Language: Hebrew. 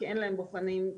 כי אין להם בוחנים פנימיים.